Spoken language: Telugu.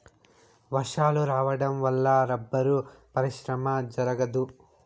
వర్షాలు రావడం వల్ల రబ్బరు పరిశ్రమ జరగదు